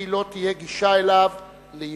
וכי לא תהיה גישה אליו ליהודים.